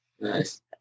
Nice